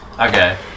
Okay